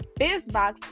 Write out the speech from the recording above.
BizBox